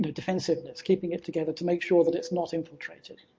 defensiveness, keeping it together to make sure that it's not infiltrated.